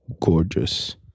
gorgeous